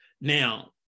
now